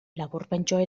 laburpentxoa